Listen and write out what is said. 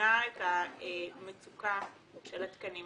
מבינה את המצוקה של התקנים,